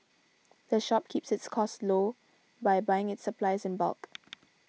the shop keeps its costs low by buying its supplies in bulk